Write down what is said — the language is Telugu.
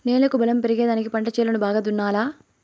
నేలకు బలం పెరిగేదానికి పంట చేలను బాగా దున్నాలా